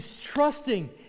trusting